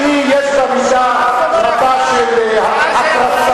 שהיא, יש בה מידה רבה של התרסה.